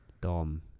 Dom